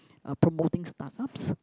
a promoting startups